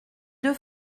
deux